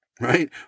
right